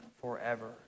forever